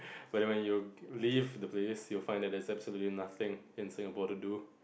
but then when you leave the place you find that there is absolutely nothing in Singapore to do